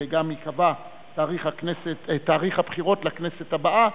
וגם ייקבע תאריך הבחירות לכנסת הבאה,